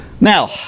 now